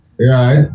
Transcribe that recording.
Right